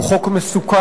הוא חוק מסוכן,